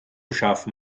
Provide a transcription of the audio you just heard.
schaffen